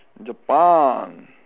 jepang